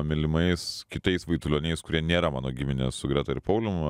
mylimais kitais vaitulioniais kurie nėra mano giminės su greta ir paulium